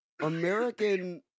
American